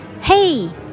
Hey